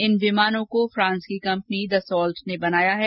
इन विमानों को फ्रांस की कम्पनी द साल्ट ने बनाया है